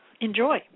enjoy